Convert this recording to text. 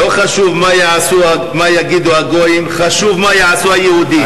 לא חשוב מה יגידו הגויים, חשוב מה יעשו היהודים.